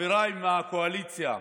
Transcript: חבריי מהקואליציה,